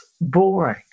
boring